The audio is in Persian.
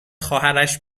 خواهرش